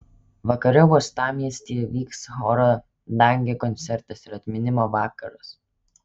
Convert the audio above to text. vakare uostamiestyje vyks choro dangė koncertas ir atminimo vakaras